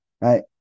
Right